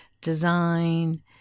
design